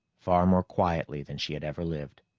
far more quietly than she had ever lived.